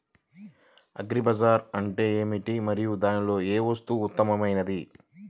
Agri bazaar అంటే ఏమిటి మరియు దానిలో ఏ వస్తువు ఉత్తమమైనది?